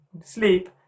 sleep